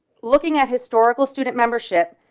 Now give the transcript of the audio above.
looking at historical student membership.